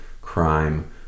crime